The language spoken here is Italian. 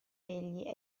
egli